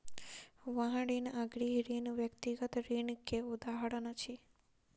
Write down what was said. वाहन ऋण आ गृह ऋण व्यक्तिगत ऋण के उदाहरण अछि